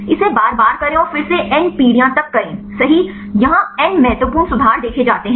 इसे बार बार करें और फिर से n पीढ़ियों तक करें सही यहाँ n महत्वपूर्ण सुधार देखे जाते हैं